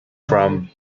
from